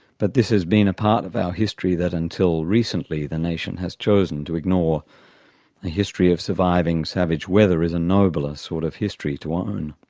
but this has been a part of our history that, until recently, the nation has chosen to ignore. a history of surviving savage weather is a nobler sort of history to own.